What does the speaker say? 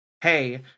hey